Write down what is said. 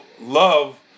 love